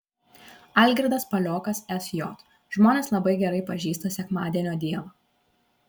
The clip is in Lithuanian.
algirdas paliokas sj žmonės labai gerai pažįsta sekmadienio dievą